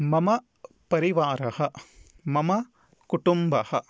मम परिवारः मम कुटुम्बः